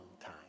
time